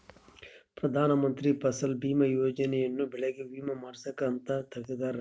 ಪ್ರಧಾನ ಮಂತ್ರಿ ಫಸಲ್ ಬಿಮಾ ಯೋಜನೆ ಯನ್ನ ಬೆಳೆಗೆ ವಿಮೆ ಮಾಡ್ಸಾಕ್ ಅಂತ ತೆಗ್ದಾರ